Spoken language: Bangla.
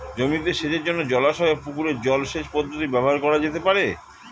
জমিতে সেচের জন্য জলাশয় ও পুকুরের জল সেচ পদ্ধতি ব্যবহার করা যেতে পারে?